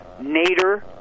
Nader